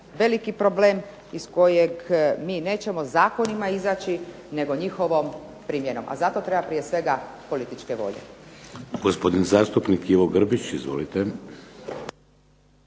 veliki problem iz kojeg nećemo mi zakonima izaći nego njihovom primjenom. A zato treba prije svega političke volje.